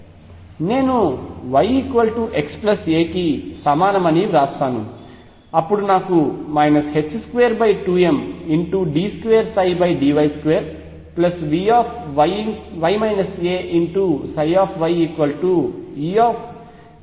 నేను y x a కి సమానమని వ్రాస్తాను అప్పుడు నాకు 22md2dy2Vy ayEψy ఉంది